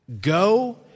go